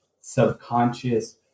subconscious